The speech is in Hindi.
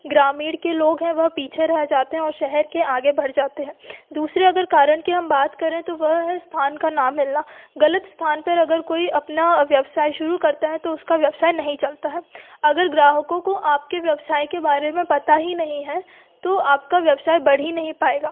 ग्रामीण के लोग हैं वह पीछे रहे जाते हैं और शहर के आगे बढ़ जाते हैं दूसरे अगर कारण की हम बात करें तो वह है स्थान का ना मिलना गलत स्थान पर अगर कोई अपना व्यवसाय शुरू करता है तो उसका व्यवसाय नहीं चलता है अगर ग्राहकों को आपके व्यवसाय के बारे में पता ही नहीं है तो आपका व्यवसाय बढ़ ही नहीं पाएगा